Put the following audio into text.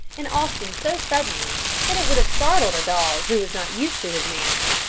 and often so suddenly that it would have startled a dog who was not used to his manner.